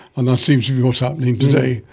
and that seems to be what is happening today.